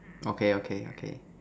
okay okay okay